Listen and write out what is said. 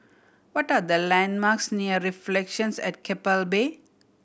what are the landmarks near Reflections at Keppel Bay